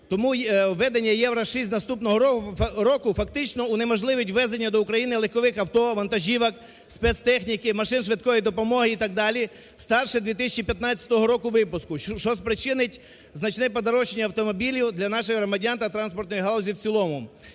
Тому введення "Євро-6" з наступного року фактично унеможливить ввезення до України легкових авто, вантажівок, спецтехніки і машин швидкої допомоги і так далі старше 2015 року випуску, що спричинить значне подорожчання автомобілів для наших громадян та транспортної галузі в цілому.